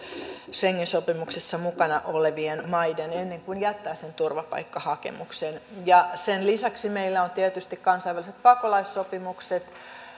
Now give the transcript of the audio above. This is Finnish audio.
schengen sopimuksessa mukana olevien maiden ennen kuin jättää sen turvapaikkahakemuksen ja sen lisäksi meillä on tietysti kansainväliset pakolaissopimukset